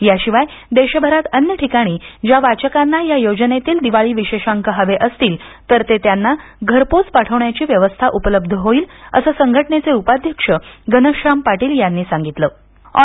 याशिवाय देशभरात अन्य ठिकाणी ज्या वाचकांना या योजनेतील दिवाळी विशेषांक हवे असतील तर ते त्यांना घरपोच पाठवण्याची व्यवस्था उपलब्ध होईल असं संघटनेचे उपाध्यक्ष घनश्याम पाटील यांनी सांगितलम